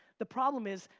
the problem is,